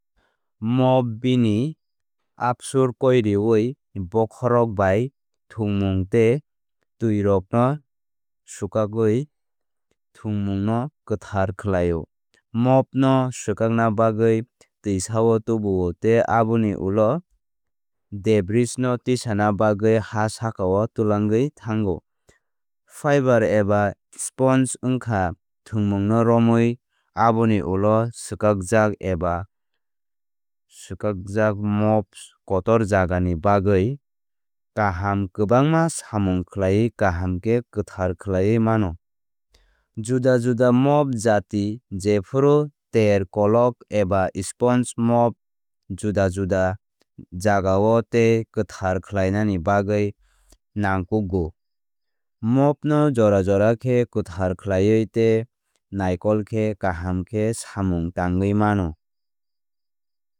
Mop bini absorkoireoui bokhorok bai thwngmung tei twirokno swkakwi thwngmungno kwthar khlaio. Mop no swkakna bagwi twisao tubuo tei aboni ulo debris no tisana bagwi ha sakao tlangwi thango. Fiber eba sponge wngkha thwngmungno romwi aboni ulo swkakjak eba swkakjak mops kotor jagani bagwi kaham kwbangma samung khlaiwi kaham khe kwthar khlaiwi mano. Juda juda mop jati jephru ter kolog eba sponge mop juda juda jagao tei kwthar khlainani bagwi nangkukgo. Mop no jora jora khe kwthar khlaiwi tei naikol khe kaham khe samung tangwi mano.